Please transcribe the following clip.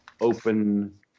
open